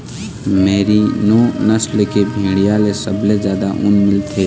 merino नसल के भेड़िया ले सबले जादा ऊन मिलथे